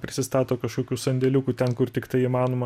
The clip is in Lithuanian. prisistato kažkokių sandėliukų ten kur tiktai įmanoma